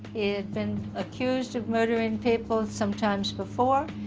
he had been accused of murdering people some times before.